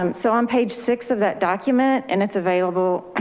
um so on page six of that document and it's available